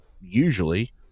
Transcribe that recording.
usually